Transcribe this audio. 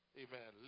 amen